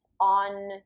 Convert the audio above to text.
on